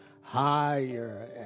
higher